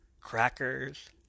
crackers